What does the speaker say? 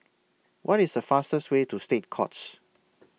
What IS The fastest Way to State Courts